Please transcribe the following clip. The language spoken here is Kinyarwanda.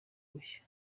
bushya